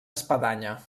espadanya